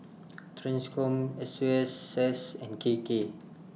TRANSCOM S U S S and K K